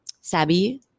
Sabi